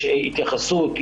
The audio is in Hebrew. יש התייחסות,